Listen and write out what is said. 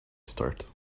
start